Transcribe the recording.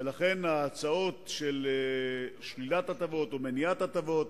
ולכן, ההצעות של שלילת הטבות או מניעת הטבות